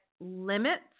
limits